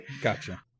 Gotcha